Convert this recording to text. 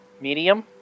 medium